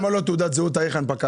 למה לא תעודת זהות עם תאריך הנפקה?